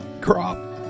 crop